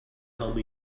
home